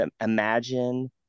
imagine